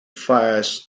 fires